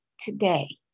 today